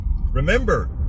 Remember